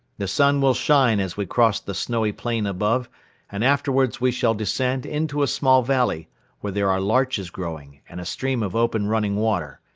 the sun will shine as we cross the snowy plain above and afterwards we shall descend into a small valley where there are larches growing and a stream of open running water.